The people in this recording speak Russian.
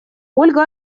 ольга